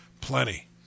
plenty